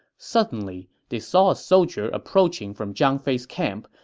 suddenly, they saw a soldier approaching from zhang fei's camp,